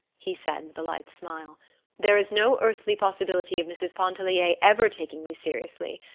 he said, with a light smile there is no earthly possibility of mrs. pontellier ever taking me seriously.